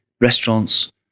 restaurants